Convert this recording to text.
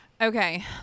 Okay